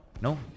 no